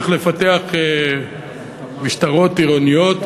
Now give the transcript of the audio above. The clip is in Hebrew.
איך לפתח משטרות עירוניות,